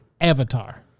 Avatar